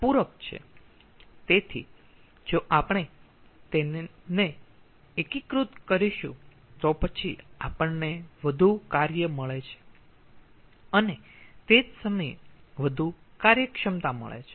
તેથી જો આપણે તેમને એકીકૃત કરીશું તો પછી આપણને વધુ કાર્ય મળે છે અને તે જ સમયે વધુ કાર્યક્ષમતા મળે છે